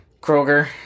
Kroger